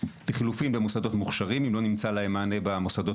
לחילופין במוסדות המוכשרים אם לא נמצא להם מענה במוסדות